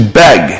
beg